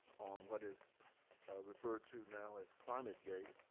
on what is referred to now as climategate,